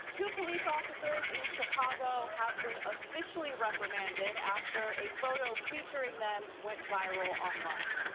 two police officers in chicago have been officially reprimanded after a photo featuring them when viral online.